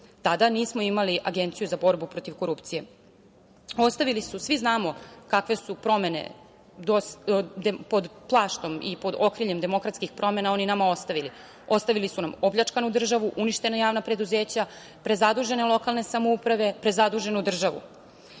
tada nismo imali Agenciju za borbu protiv korupcije. Svi znamo kakve su promene pod plaštom i pod okriljem demokratskih promena oni nama ostavili. Ostavili su nam opljačkanu državu, uništena javna preduzeća, prezadužene lokalne samouprave, prezaduženu državu.